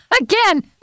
again